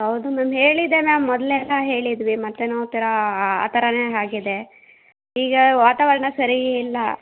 ಹೌದು ಮ್ಯಾಮ್ ಹೇಳಿದೆ ಮ್ಯಾಮ್ ಮೊದಲೆಲ್ಲ ಹೇಳಿದ್ವಿ ಮತ್ತೇನೋ ಥರ ಆ ಥರವೇ ಹಾಗಿದೆ ಈಗ ವಾತಾವರಣ ಸರಿ ಇಲ್ಲ